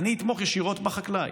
אני אתמוך ישירות בחקלאי.